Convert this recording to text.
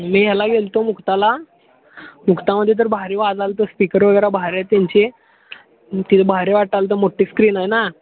मी ह्याला गेलो होतो मुक्ताला मुक्तामध्ये तर भारी वाजेल तर स्पीकर वगैरे भारी त्यांचे तिथे भारी वाटेल तर मोठी स्क्रीन आहे ना